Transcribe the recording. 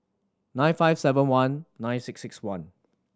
nine five seven one nine six six one